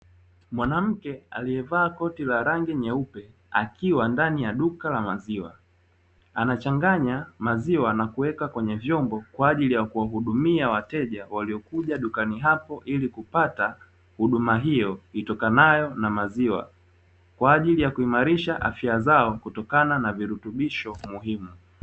Mwanamke aliyevaa koti la rangi nyeupe akiwa ndani ya duka la maziwa, anachanganya maziwa na kuweka kwenye vyombo kwa ajili ya kuwahudumia wateja waliokuja dukani hapo. Ili kupata huduma hiyo itokanayo na maziwa kwa ajili ya kuimarisha afya zao, kutokana na virutubisho muhimu.